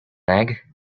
egg